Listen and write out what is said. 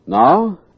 Now